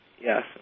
Yes